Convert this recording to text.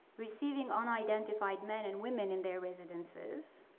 receiving unidentified men and women in their residences,